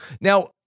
Now